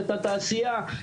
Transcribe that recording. את התעשייה.